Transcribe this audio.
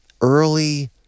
Early